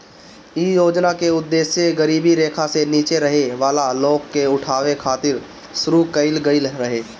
इ योजना के उद्देश गरीबी रेखा से नीचे रहे वाला लोग के उठावे खातिर शुरू कईल गईल रहे